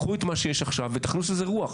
קחו את מה שיש עכשיו ותכניסו לזה רוח.